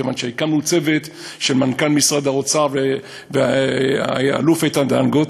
כיוון שהקמנו צוות של מנכ"ל משרד האוצר והאלוף איתן דנגוט,